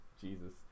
Jesus